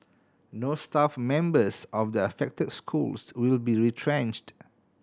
no staff members of the affected schools will be retrenched